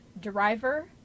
Driver